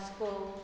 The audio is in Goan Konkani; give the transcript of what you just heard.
वास्को